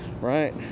right